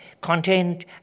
contained